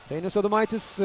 dainius adomaitis